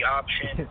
option